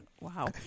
Wow